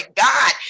God